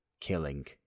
killing